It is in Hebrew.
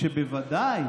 בוודאי